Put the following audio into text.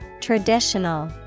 Traditional